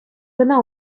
кӑна